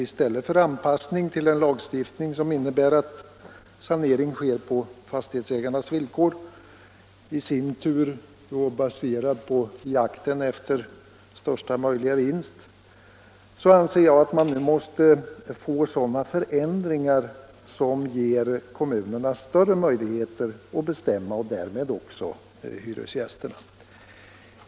I stället för anpassning till en lagstiftning som innebär att saneringen sker på fastighetsägarnas villkor — i sin tur baserad på jakten efter största möjliga vinst — anser jag att man nu måste få till stånd sådana förändringar i lagstiftningen som ger kommunerna större möjligheter att bestämma och därmed också hyresgästerna.